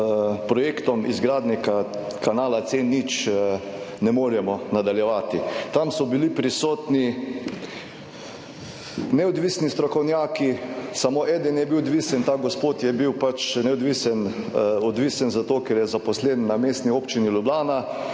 projektom izgradnje kanala C0 ne moremo nadaljevati. Tam so bili prisotni neodvisni strokovnjaki, samo eden je bil odvisen, ta gospod je bil pač neodvisen, odvisen zato, ker je zaposlen na Mestni občini Ljubljana,